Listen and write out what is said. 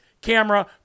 camera